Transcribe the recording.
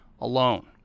alone